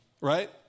right